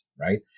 Right